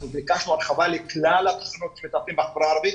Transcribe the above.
אנחנו ביקשנו הרחבה לכלל התחנות שמטפלות בחברה הערבית,